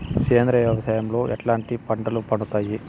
సేంద్రియ వ్యవసాయం లో ఎట్లాంటి పంటలు పండుతాయి